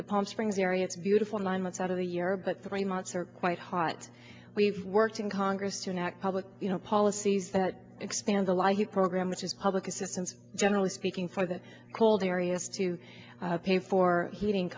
the palm springs area it's beautiful nine months out of the year but three months are quite hot we've worked in congress to enact public policies that expand the law his program which is public assistance generally speaking for the cold areas to pay for heating